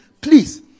Please